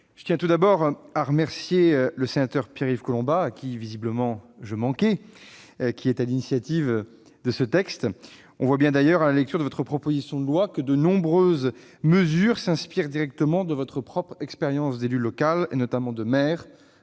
je tiens tout d'abord à remercier le sénateur Pierre-Yves Collombat, à qui je manquais visiblement, qui est à l'initiative de ce texte. On voit bien d'ailleurs, monsieur le sénateur, à la lecture de votre proposition de loi, que de nombreuses mesures s'inspirent directement de votre expérience d'élu local, notamment de maire,